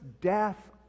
death